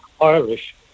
Irish